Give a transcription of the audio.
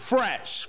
Fresh